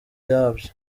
yabyo